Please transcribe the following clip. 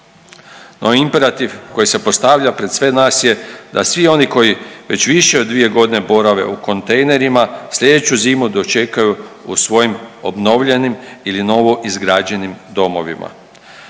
No, imperativ koji se postavlja pred sve nas je da svi oni koji već više od 2 godine borave u kontejnerima slijedeću zimu dočekaju u svojim obnovljenim ili novo izgrađenim domovima.